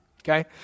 Okay